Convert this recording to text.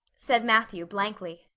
said matthew blankly.